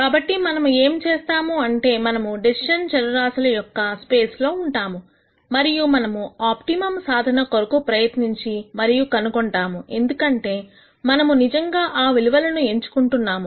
కాబట్టి మనము ఏమి చేస్తాము అంటే మనము డెసిషన్ చరరాశుల యొక్క స్పేస్ లో ఉంటాము మరియు మనము ఆప్టిమమ్ సాధన కొరకు ప్రయత్నించి మరియు కనుగొంటాము ఎందుకంటే మనము నిజంగా ఆ విలువలను ఎంచుకుంటున్నాము